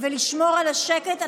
ולשמור על השקט.